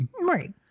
Right